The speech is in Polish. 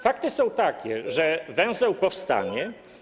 Fakty są takie, że węzeł powstanie.